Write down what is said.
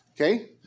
okay